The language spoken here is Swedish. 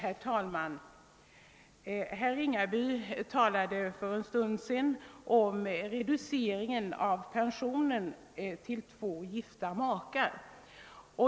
Herr talman! Herr Ringaby talade för en stund sedan om reduceringen av pensionen till två gifta makar.